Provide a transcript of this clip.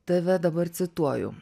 tave dabar cituoju